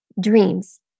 dreams